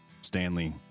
Stanley